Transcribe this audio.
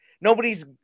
nobody's